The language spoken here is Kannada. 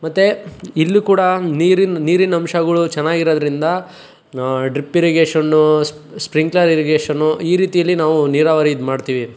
ಮತ್ತು ಇಲ್ಲು ಕೂಡಾ ನೀರಿನ ನೀರಿನ ಅಂಶಗಳು ಚೆನ್ನಾಗಿರದ್ರಿಂದ ಡ್ರಿಪ್ ಇರಿಗೇಷನ್ನು ಸ್ಪ್ರಿಂಕ್ಲರ್ ಇರಿಗೇಷನ್ನು ಈ ರೀತಿಯಲ್ಲಿ ನಾವು ನೀರಾವರಿ ಇದು ಮಾಡ್ತಿವಿ